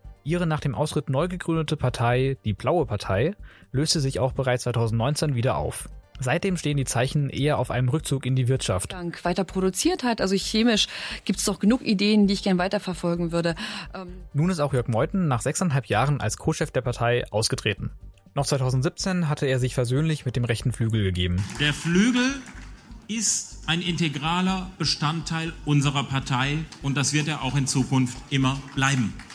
Ihre nach dem Austritt neu gegründete Partei, die Blaue Partei, löste sich auch bereits 2019 wieder auf. Seitdem stehen die Zeichen eher auf einem Rückzug in die Wirtschaft. Dank weiter produziert hat, also chemisch gibt's doch genug Ideen, die ich gern weiterverfolgen würde. Ähm. Nun ist auch Jörg Meuthen nach sechseinhalb Jahren als Co-Chef der Partei ausgetreten. Noch 2017 hatte er sich versöhnlich mit dem rechten Flügel gegeben. Der Flügel ist ein integraler Bestandteil unserer Partei und das wird er auch in Zukunft immer bleiben.